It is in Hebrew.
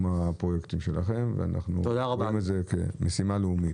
הפרויקטים שלכם ואנחנו רואים את זה כמשימה לאומית.